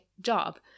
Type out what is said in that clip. job